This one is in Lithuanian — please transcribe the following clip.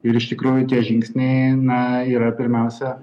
ir iš tikrųjų tie žingsniai na yra pirmiausia